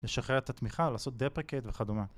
לשחרר את התמיכה, לעשות דפריקט וכדומה